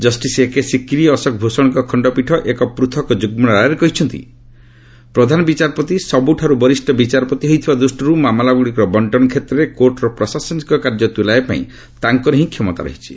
justice A K Sikri ଓ ଅଶୋକ ଭଷଣଙ୍କ ଖଣ୍ଡପୀଠ ଏକ ପୃଥକ୍ ଯୁଗ୍ମ ରାୟରେ କହିଛନ୍ତି ପ୍ରଧାନ ବିଚାରପତି ସବୁଠାରୁ ବରିଷ୍ଣ ବିଚାରପତି ହୋଇଥିବା ଦୃଷ୍ଟିରୁ ମାମଲାଗୁଡ଼ିକର ବଣ୍ଟନ କ୍ଷେତ୍ରରେ କୋର୍ଟର ପ୍ରଶାସନିକ କାର୍ଯ୍ୟ ତୁଲାଇବାପାଇଁ ତାଙ୍କର ହିଁ କ୍ଷମତା ରହିଛି